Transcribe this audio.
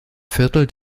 viertel